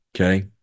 Okay